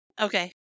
Okay